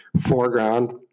foreground